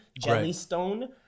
Jellystone